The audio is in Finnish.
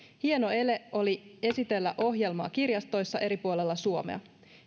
hieno ele oli esitellä ohjelmaa kirjastoissa eri puolilla suomea